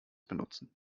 benutzen